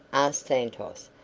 asked santos,